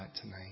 tonight